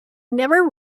never